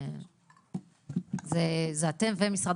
זה אתם ומשרד